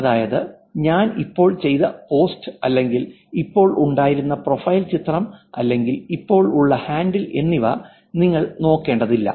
അതായത് ഞാൻ ഇപ്പോൾ ചെയ്ത പോസ്റ്റ് അല്ലെങ്കിൽ ഇപ്പോൾ ഉണ്ടായിരുന്ന പ്രൊഫൈൽ ചിത്രം അല്ലെങ്കിൽ ഇപ്പോൾ ഉള്ള ഹാൻഡിൽ എന്നിവ നിങ്ങൾ നോക്കേണ്ടതില്ല